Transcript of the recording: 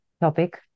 Topic